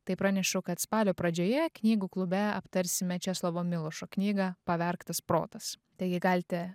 tai pranešu kad spalio pradžioje knygų klube aptarsime česlovo milošo knygą pavergtas protas taigi galite